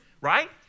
right